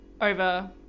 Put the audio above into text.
over